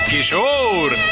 Kishore